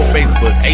Facebook